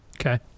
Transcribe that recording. Okay